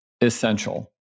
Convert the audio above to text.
essential